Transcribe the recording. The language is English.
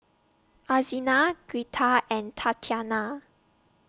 Alzina Girtha and Tatiana